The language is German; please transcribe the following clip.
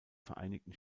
vereinigten